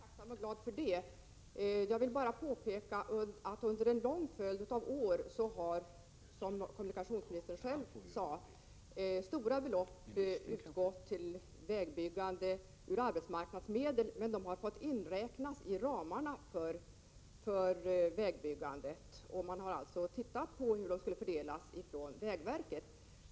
Herr talman! Jag är tacksam för det beskedet. Jag vill också påpeka att stora belopp under en lång följd av år, som kommunikationsministern själv sade, har utgått till vägbyggande i Norrland. Dessa pengar har främst varit arbetsmarknadsmedel, men de har räknats in i de ramar som gäller för vägbyggandet. Man har alltså tittat på fördelningen från vägverket.